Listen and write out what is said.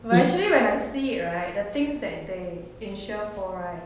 but actually when I see it right the things that they insure for right